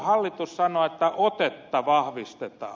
hallitus sanoo että otetta vahvistetaan